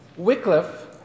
Wycliffe